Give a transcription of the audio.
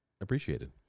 appreciated